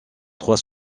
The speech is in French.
trois